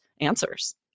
answers